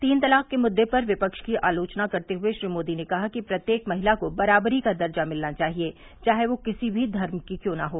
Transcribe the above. तीन तलाक के मूरे पर विपक्ष की आलोचना करते हुए श्री मोदी ने कहा कि प्रत्येक महिला को बराबरी का दर्जा मिलना चाहिए चाहे वह किसी भी धर्म की क्यों न हो